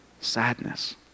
sadness